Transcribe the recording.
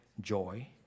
joy